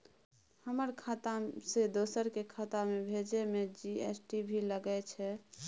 हमर खाता से दोसर के खाता में भेजै में जी.एस.टी भी लगैछे?